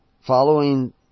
Following